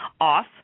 off